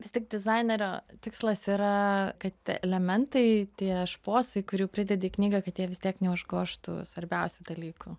vis tik dizainerio tikslas yra kad elementai tie šposai kurių pridedi į knygą kad jie vis tiek neužgožtų svarbiausių dalykų